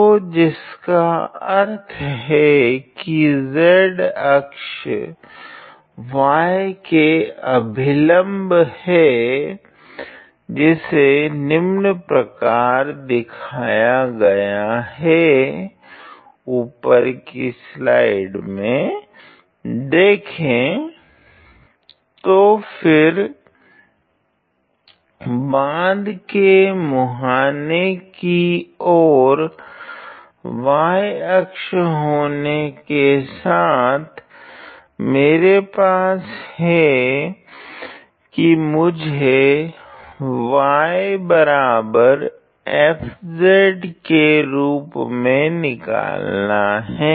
तो जिसका अर्थ है की z अक्ष y के अभिलम्ब है जिसे निम्न प्रकार दिखाया गया है ऊपर की स्लाइड को देखें तो फिर बाँध के मुहाने की ओर y अक्ष होने के साथ मेरे पास है की मुझे y बराबर fz के रूप में निकालना है